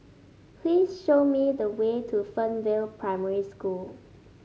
please show me the way to Fernvale Primary School